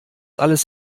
alles